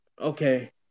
okay